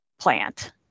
plant